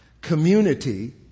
community